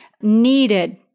needed